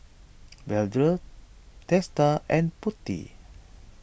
Vedre Teesta and Potti